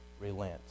relent